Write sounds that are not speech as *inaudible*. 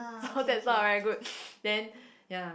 so that's why I very good *breath* then ya